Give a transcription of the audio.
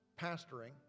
pastoring